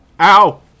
Ow